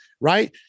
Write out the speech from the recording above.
right